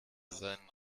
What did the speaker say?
seinen